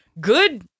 good